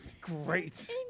Great